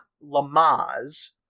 Lamas